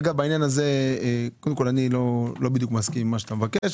בעניין הזה אני לא מסכים בדיוק עם בקשתך,